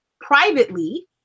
privately